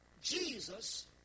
Jesus